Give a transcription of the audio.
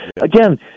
again